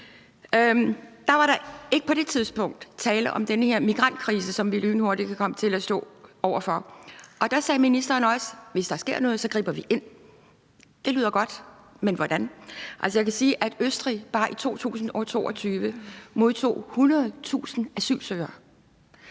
tale om den her migrantkrise, som vi lynhurtigt kan komme til at stå over for. Og der sagde statsministeren også, at hvis der sker noget, griber vi ind. Det lyder godt, men hvordan? Jeg kan sige, at Østrig bare i 2022 modtog 100.000 asylsøgere.